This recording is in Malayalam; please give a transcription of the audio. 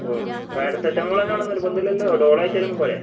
ഓ പാരസെറ്റമോളുതന്നെ വേണം എന്ന് നിർബന്ധം ഇല്ലല്ലോ ഡോളോ കഴിച്ചാലും പോരെ